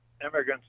immigrants